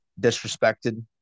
disrespected